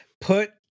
put